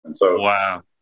Wow